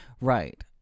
Right